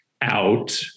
out